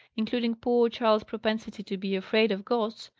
including poor charles's propensity to be afraid of ghosts,